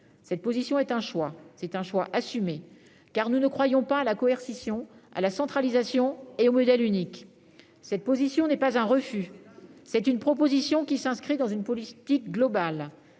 Cette position est un choix assumé, car nous ne croyons pas à la coercition, à la centralisation et au modèle unique. Cette position n'est pas un refus. Nous nous inscrivons plutôt dans une politique globale,